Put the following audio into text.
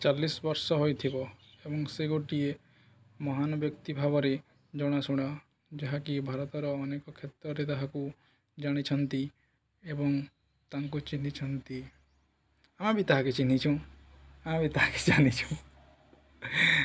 ଚାଳିଶ ବର୍ଷ ହୋଇଥିବ ଏବଂ ସେ ଗୋଟିଏ ମହାନ ବ୍ୟକ୍ତି ଭାବରେ ଜଣାଶୁଣା ଯାହାକି ଭାରତର ଅନେକ କ୍ଷେତ୍ରରେ ତାହାକୁ ଜାଣିଛନ୍ତି ଏବଂ ତାଙ୍କୁ ଚିହ୍ନିଛନ୍ତି ଆମେ ବି ତାହାକେ ଚିନ୍ହିଛୁଁ ଆମେ ବି ତାହାକେ ଜାଣିଛୁଁ